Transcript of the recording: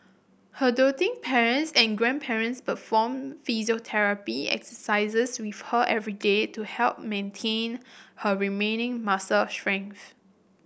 her doting parents and grandparents perform physiotherapy exercises with her every day to help maintain her remaining muscle strength